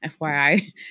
FYI